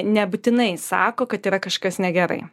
nebūtinai sako kad yra kažkas negerai